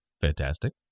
fantastic